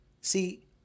See